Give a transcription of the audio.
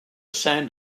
sand